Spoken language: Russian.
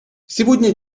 сегодня